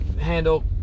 handle